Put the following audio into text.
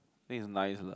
think it's nice lah